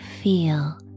feel